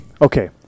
okay